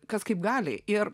kas kaip gali ir